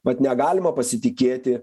vat negalima pasitikėti